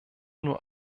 nur